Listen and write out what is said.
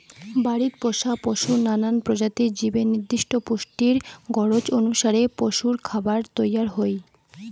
বাড়িত পোষা পশুর নানান প্রজাতির জীবনের নির্দিষ্ট পুষ্টির গরোজ অনুসারে পশুরখাবার তৈয়ার হই